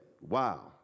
wow